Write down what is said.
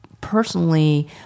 personally